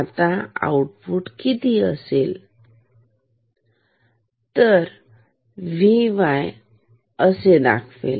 आता आउटपुट किती असेलहे Vy असे दाखवेल